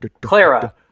Clara